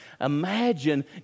imagine